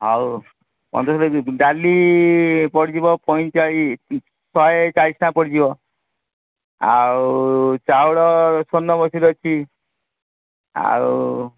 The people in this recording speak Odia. ଆଉ ଡାଲି ପଡ଼ିଯିବ ପଇଁଚାଳିଶ ଶହେଚାଳିଶ ଟଙ୍କା ପଡ଼ିଯିବ ଆଉ ଚାଉଳ ସ୍ୱର୍ଣ୍ଣମସୁରି ଅଛି ଆଉ